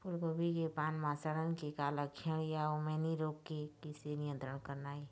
फूलगोभी के पान म सड़न के का लक्षण ये अऊ मैनी रोग के किसे नियंत्रण करना ये?